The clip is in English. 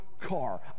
car